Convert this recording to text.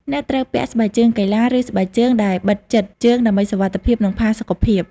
អ្នកត្រូវពាក់ស្បែកជើងកីឡា ឬស្បែកជើងដែលបិទជិតជើងដើម្បីសុវត្ថិភាព និងផាសុកភាព។